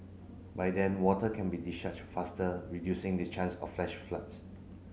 by then water can be discharged faster reducing the chance of flash floods